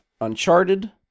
Uncharted